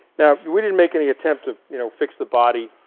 now we we didn't make any attempt to you know fix the body.